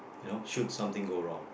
you know should something go wrong